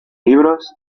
libros